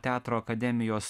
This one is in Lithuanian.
teatro akademijos